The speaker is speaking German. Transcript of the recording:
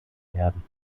werden